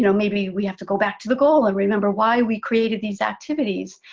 you know maybe we have to go back to the goal and remember why we created these activities.